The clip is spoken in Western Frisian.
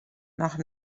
noch